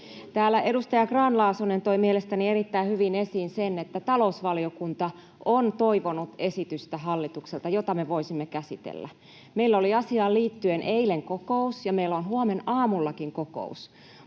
Täällä edustaja Grahn-Laasonen toi mielestäni erittäin hyvin esiin, että talousvaliokunta on toivonut hallitukselta esitystä, jota me voisimme käsitellä. Meillä oli asiaan liittyen eilen kokous, ja meillä on huomenaamullakin kokous,